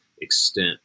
extent